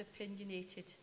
opinionated